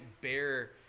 bear